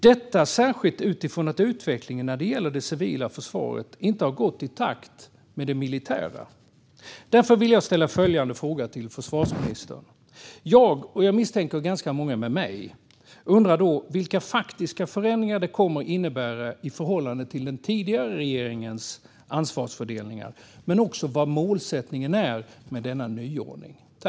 Detta är glädjande, särskilt eftersom utvecklingen när det gäller det civila försvaret inte har gått i takt med det militära försvarets utveckling. Jag vill ställa en fråga till försvarsministern. Jag misstänker att ganska många med mig undrar vilka faktiska förändringar det kommer att innebära i förhållande till den tidigare regeringens ansvarsfördelningar. Jag undrar också vad målsättningen med denna nyordning är.